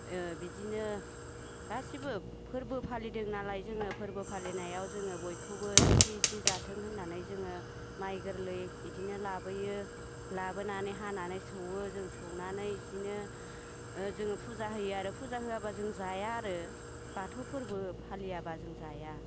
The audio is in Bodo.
ओ बिदिनो गासिबो फोरबो फालिदोंनालाय जोङो फोरबो फालिनायाव जोङो बयखौबो इसे इसे जाथों होननानै जोङो माइ गोरलै इदिनो लाबोयो लाबोनानै हानानै सौवो जों सौनानै इदिनो ओ जोङो फुजा होयो आरो फुजा होआब्ला जों जाया आरो बाथौ फोरबो फालियाब्ला जों जाया